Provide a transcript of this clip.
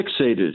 fixated